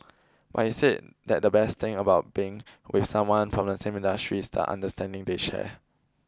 but he said that the best thing about being with someone from the same industry is the understanding they share